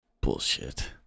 Bullshit